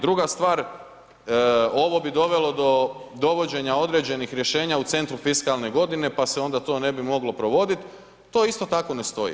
Druga stvar, ovo bi dovelo do dovođenja određenih rješenja u centru fiskalne godine, pa se onda to ne bi moglo provodit, to isto tako ne stoji.